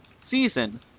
season